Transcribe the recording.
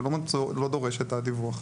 שלא דורש את הדיווח.